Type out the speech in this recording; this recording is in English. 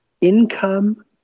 income